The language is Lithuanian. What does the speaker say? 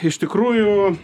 iš tikrųjų